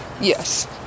Yes